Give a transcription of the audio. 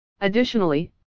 Additionally